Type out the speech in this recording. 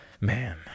man